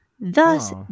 thus